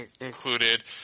included